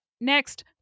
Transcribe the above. next